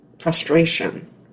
frustration